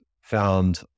found